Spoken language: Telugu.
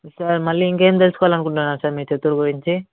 సార్ మళ్ళీ ఇంకేం తెలుసుకోవాలనుకుంటున్నారు సార్ మీరు చిత్తూరు గురించి